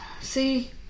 See